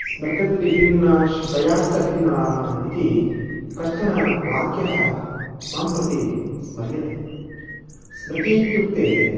स्मृत्यपि विभिन्ना श्रुतयश्च भिन्नाः इति कश्चन वाक्यं मां प्रति स्मर्यते स्मृतीत्युक्ते